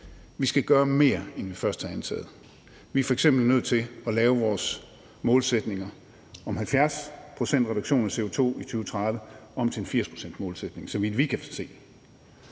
Vi skal gøre mere, end vi først har antaget at skulle gøre. Vi er f.eks. nødt til at lave vores målsætninger om 70 pct.s reduktion af CO2 i 2030 om til en 80-procentsmålsætning, så vidt vi kan se.